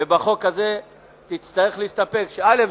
ובחוק הזה תצטרך להסתפק, א.